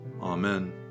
Amen